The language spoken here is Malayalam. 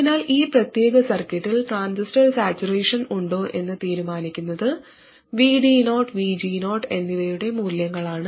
അതിനാൽ ഈ പ്രത്യേക സർക്യൂട്ടിൽ ട്രാൻസിസ്റ്റർ സാച്ചുറേഷൻ ഉണ്ടോ എന്ന് തീരുമാനിക്കുന്നത് VD0 VG0 എന്നിവയുടെ മൂല്യങ്ങളാണ്